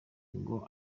ngo